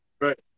right